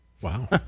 Wow